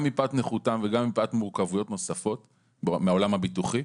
גם מפאתם נכותם וגם מפאת מורכבויות נוספות מהעולם הביטוחי,